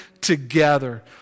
together